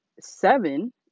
seven